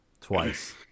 twice